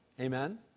Amen